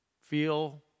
feel